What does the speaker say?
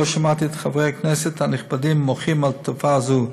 לא שמעתי את חברי הכנסת הנכבדים מוחים על תופעה זו.